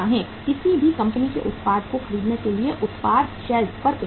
किसी भी कंपनी के उत्पाद को खरीदने के लिए उत्पाद शेल्फ पर उपलब्ध है